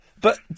but-